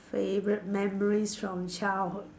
favorite memories from childhood